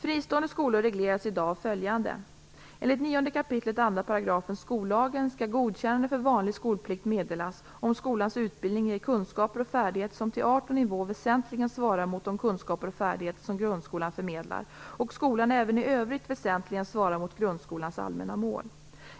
Fristående skolor regleras i dag av följande: Enligt 9 kap. 2 § skollagen skall godkännande för vanlig skolplikt meddelas, om skolans utbildning ger kunskaper och färdigheter som till art och nivå väsentligen svarar mot de kunskaper och färdigheter som grundskolan förmedlar och skolan även i övrigt väsentligen svarar mot grundskolans allmänna mål.